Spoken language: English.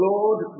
Lord